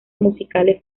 musicales